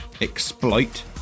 exploit